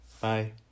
bye